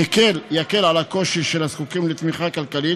יקל את הקושי של הזקוקים לתמיכה כלכלית